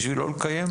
בשביל לא לקיים?